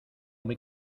muy